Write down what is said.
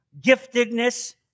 giftedness